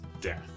death